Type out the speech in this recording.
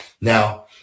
Now